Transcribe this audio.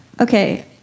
Okay